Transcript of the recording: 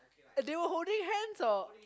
they were holding hands or